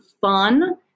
fun